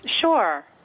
Sure